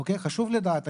חשוב לדעת,